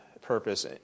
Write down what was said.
purpose